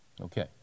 Okay